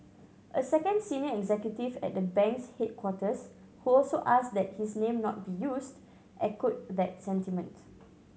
a second senior executive at the bank's headquarters who also asked that his name not be used echoed that sentiment